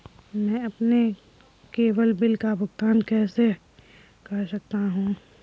मैं अपने केवल बिल का भुगतान कैसे कर सकता हूँ?